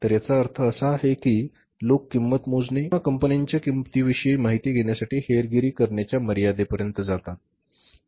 तर याचा अर्थ असा आहे की लोक किंमत मोजणे किंवा कंपन्यांच्या किंमतीविषयी माहिती घेण्यासाठी हेरगिरी करण्याच्या मर्यादेपर्यंत जातात